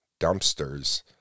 dumpsters